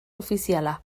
ofiziala